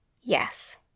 Yes